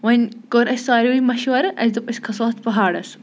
وۄنۍ کٔر اَسہِ ساروِیو مشوَرٕ اَسہِ دوٚپ أسۍ کھَسو اَتھ پہاڑَس